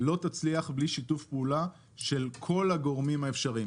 לא תצליח בלי שיתוף פעולה של כל הגורמים האפשריים,